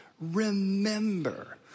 remember